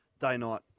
day-night